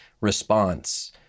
response